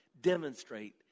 demonstrate